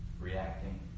Reacting